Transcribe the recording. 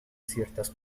ciertas